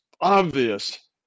obvious